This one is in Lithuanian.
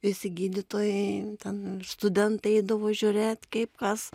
visi gydytojai ten studentai eidavo žiūrėt kaip kas